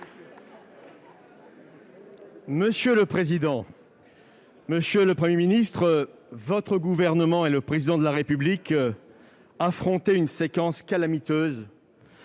et Républicain. Monsieur le Premier ministre, votre gouvernement et le Président de la République affrontent une séquence calamiteuse,